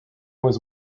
was